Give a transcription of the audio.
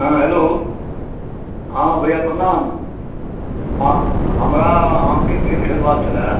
हँ हेलो हँ भैया प्रणाम हँ हमरा आमके पेड़ खरिदबाके छलैया